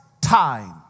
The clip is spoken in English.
time